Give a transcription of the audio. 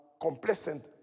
complacent